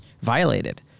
violated